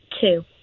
two